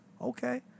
okay